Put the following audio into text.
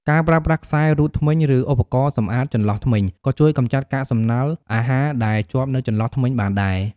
ការប្រើប្រាស់ខ្សែររូតធ្មេញ ឬឧបករណ៍សំអាតចន្លោះធ្មេញ ក៏ជួយកម្ចាត់កាកសំណល់អាហារដែលជាប់នៅចន្លោះធ្មេញបានដែរ។